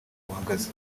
buhagaze